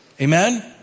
Amen